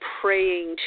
praying